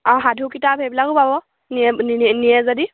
অঁ সাধু কিতাপ সেইবিলাকো পাব নিয়ে যদি